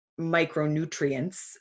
micronutrients